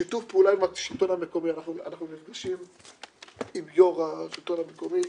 שיתוף פעולה עם השלטון המקומי אנחנו נפגשים עם יו"ר השלטון המקומי,